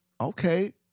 okay